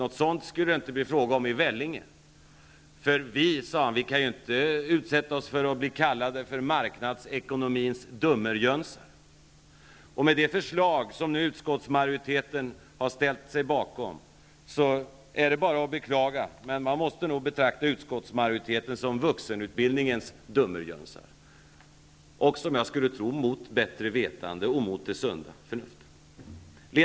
Något sådant skulle det inte bli frågan om i Vellinge, sade han. Han sade så här: Vi kan ju inte utsätta oss för att bli kallade för marknadekonomins dummerjönsar. I och med det förslag som utskottsmajoriteten nu har ställt sig bakom, måste man nog betrakta utskottsmajoriteten som vuxenutbildningens dummerjönsar. Det är bara att beklaga. Detta sker, tror jag, mot bättre vetande och mot det sunda förnuftet.